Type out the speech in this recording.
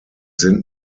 sind